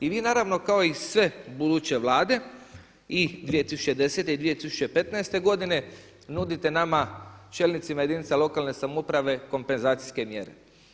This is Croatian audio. I vi naravno kao i sve buduće vlade i 2010. i 2015. godine nudite nama čelnicima jedinca lokalne samouprave kompenzacijske mjere.